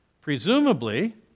Presumably